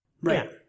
Right